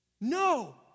No